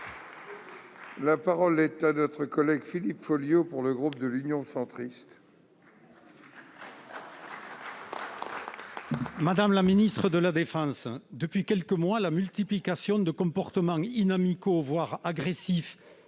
La parole est à M. Philippe Folliot, pour le groupe Union Centriste. Madame la ministre de la défense, depuis quelques mois, la multiplication de comportements inamicaux, voire agressifs